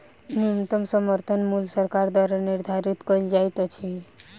न्यूनतम समर्थन मूल्य सरकार द्वारा निधारित कयल जाइत अछि